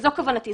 זו כוונתי.